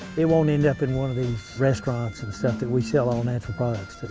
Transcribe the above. it won't end up in one of these restaurants and stuff that we sell our all natural products to.